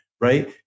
Right